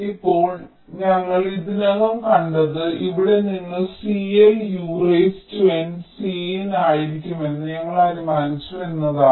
ഇപ്പോൾ ഞങ്ങൾ ഇതിനകം കണ്ടത് ഇവിടെ നിന്ന് CL UN Cin ആയിരിക്കുമെന്ന് ഞങ്ങൾ അനുമാനിച്ചു എന്നതാണ്